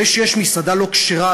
זה שיש מסעדה לא כשרה,